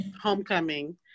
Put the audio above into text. homecoming